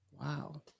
wow